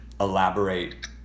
elaborate